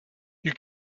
you